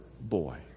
boy